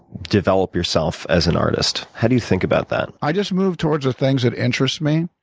develop yourself as an artist? how do you think about that? i just move towards the things that interest me.